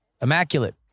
immaculate